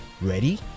Ready